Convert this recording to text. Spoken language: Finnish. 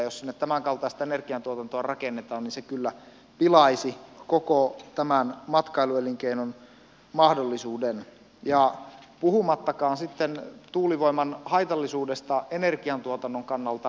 jos sinne tämänkaltaista energiantuotantoa rakennetaan niin se kyllä pilaisi koko tämän matkailuelinkeinon mahdollisuuden puhumattakaan sitten tuulivoiman haitallisuudesta energiantuotannon kannalta